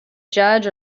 judge